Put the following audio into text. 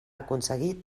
aconseguir